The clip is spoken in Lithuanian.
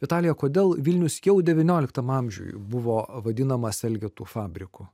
vitalija kodėl vilnius jau devynioliktam amžiuj buvo vadinamas elgetų fabriku